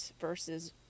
versus